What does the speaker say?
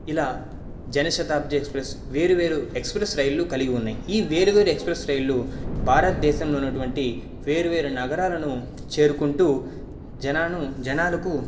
ఇలా జనశతాబ్ది ఎక్స్ప్రెస్ వేర్వేరు ఎక్స్ప్రెస్ రైళ్లు కలిగున్నాయి ఈ వేరు వేరు ఎక్స్ప్రెస్ రైళ్లు భారతదేశంలో ఉన్నటువంటి వేరువేరు నగరాలను చేరుకుంటూ జనాను జనాలకు